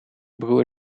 broer